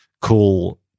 cool